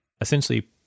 essentially